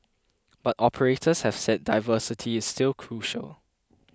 but operators have said diversity is still crucial